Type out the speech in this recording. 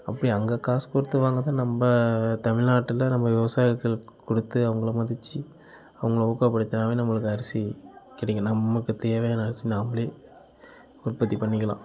அப்படி அங்கே காசு கொடுத்து வாங்குறதை நம்ம தமிழ்நாட்டில் நம்ம விவசாயர்கள் கொடுத்து அவங்களை மதித்து அவங்களை ஊக்கப்படுத்தினாவே நமக்கு அரிசி கிடைக்கும் நமக்கு தேவையான அரிசி நாமளே உற்பத்தி பண்ணிக்கலாம்